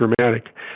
dramatic